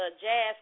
jazz